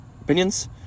opinions